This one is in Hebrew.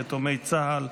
יתומי צה"ל),